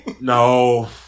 No